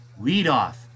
leadoff